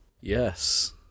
Yes